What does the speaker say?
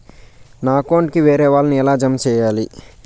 నా అకౌంట్ కు వేరే వాళ్ళ ని ఎలా జామ సేయాలి?